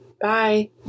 bye